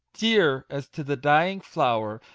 dear as to the dying flow'r,